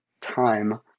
time